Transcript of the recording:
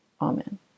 Amen